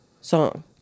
song